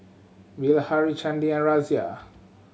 Bilahari Chandi and Razia